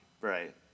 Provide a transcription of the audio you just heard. right